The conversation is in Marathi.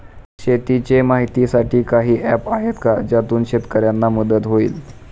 शेतीचे माहितीसाठी काही ऍप्स आहेत का ज्यातून शेतकऱ्यांना मदत होईल?